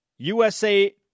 USA